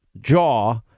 jaw